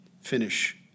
finish